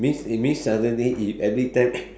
means it means suddenly if every time